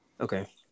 Okay